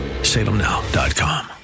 salemnow.com